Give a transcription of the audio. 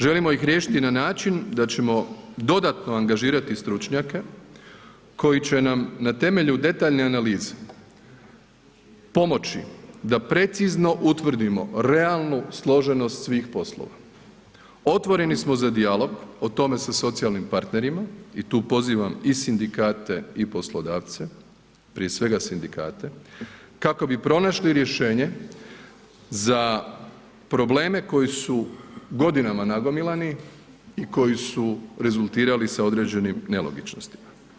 Želimo ih riješiti na način da ćemo dodatno angažirati stručnjake koji će nam na temelju detaljne analize pomoći da precizno utvrdimo realnu složenost svih poslova, otvoreni smo za dijalog o tome sa socijalnim partnerima i tu pozivam i sindikate i poslodavce, prije svega sindikate kako bi pronašli rješenje za probleme koji su godinama nagomilani i koji su rezultirali sa određenim nelogičnostima.